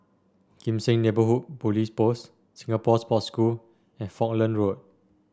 Kim Seng Neighbourhood Police Post Singapore Sports School and Falkland Road